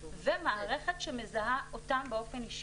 ומערכת שמזהה אותם באופן אישי,